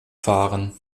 fahren